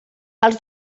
els